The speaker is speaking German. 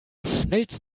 schnellsten